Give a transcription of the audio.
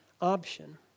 option